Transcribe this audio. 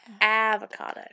avocado